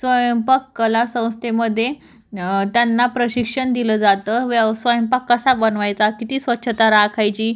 स्वयंपाक कला संस्थेमध्ये त्यांना प्रशिक्षण दिलं जातं व्यव स्वयंपाक कसा बनवायचा किती स्वच्छ्ता राखायची